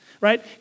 right